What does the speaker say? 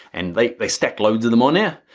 and they they stack loads of them on there,